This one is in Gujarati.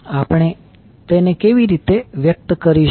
આપણે તેને કેવી રીતે વ્યક્ત કરીશું